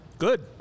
good